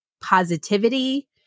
positivity